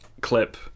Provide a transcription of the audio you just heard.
clip